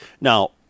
Now